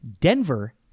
Denver